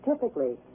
typically